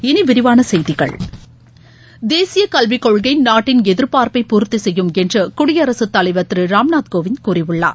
இனி விரிவான செய்திகள் தேசிய கல்விக் கொள்கை நாட்டின் எதிர்பார்ப்பை பூர்த்தி செய்யும் என்று குடியரசுத் தலைவர் திருராம்நாத் கோவிந்த் கூறியுள்ளார்